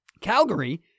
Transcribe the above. Calgary